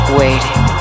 waiting